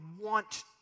want